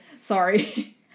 Sorry